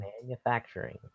manufacturing